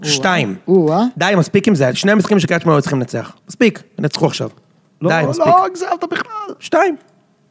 שתיים. או הא, או הא. די מספיק עם זה, שני המשחקים שקריית שמונה היו צריכים לנצח. מספיק, ינצחו עכשיו. די מספיק. לא, לא, הגזמת בכלל. שתיים.